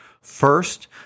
First